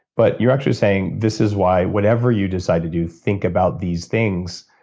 but you're actually saying, this is why, whatever you decide to do think about these things.